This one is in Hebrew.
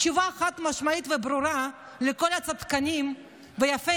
תשובה חד-משמעית וברורה לכל הצדקנים ויפי